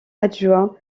adjoint